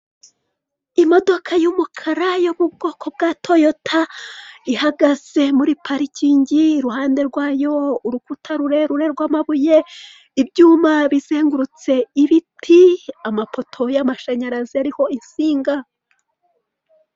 Imodoka y'umukara yo mubwoko bwa toyota, ihagaze muri parikingi iruhande rwayo urukuta rurerure rw'amabuye ,ibyuma bizengurutse ibiti ,amapoto y' amashanyarazi ariho, insinga.